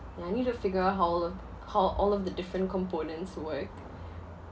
ya I need to figure out how all them how all of the different components work